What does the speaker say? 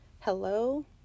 Hello